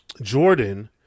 Jordan